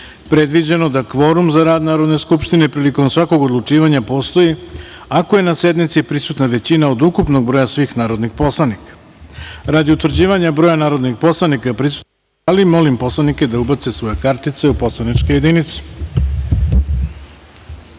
predviđeno da kvorum za rad Narodne skupštine prilikom svakog odlučivanja postoji ako je na sednici prisutna većina od ukupnog broja svih narodnih poslanika. Radi utvrđivanja broja narodnih poslanika prisutnih u sali, molim narodne poslanike da ubace kartice u poslaničke